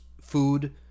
food